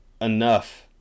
enough